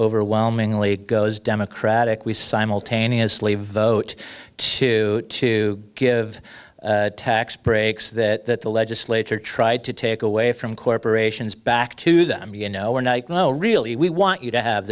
overwhelmingly goes democratic we simultaneously vote to to give tax breaks that the legislature tried to take away from corporations back to them you know we're not really we want you to have